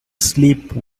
sleep